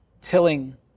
tilling